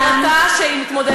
אנחנו צריכים לשמוע את הדעות,